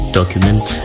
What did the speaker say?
document